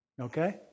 Okay